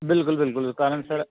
बिलकुल बिलकुल कारण सर